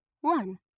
one